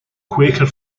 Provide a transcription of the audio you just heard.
quaker